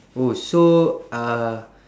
oh so uh